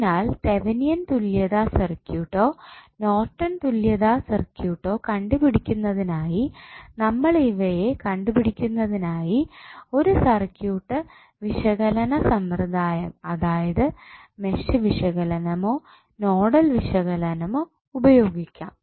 അതിനാൽ തെവനിയൻ തുല്യത സർക്യൂട്ടോ നോർട്ടൺ തുല്യത സർക്യൂട്ടോ കണ്ടുപിടിക്കുന്നതിനായി നമ്മൾ ഇവയെ കണ്ടു പിടിക്കുന്നതിനായി ഒരു സർക്യൂട്ട് വിശകലന സമ്പ്രദായം അതായതു മെഷ് വിശകലനമോ നോഡൽ വിശകലനമോ ഉപയോഗിക്കാം